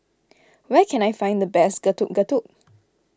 where can I find the best Getuk Getuk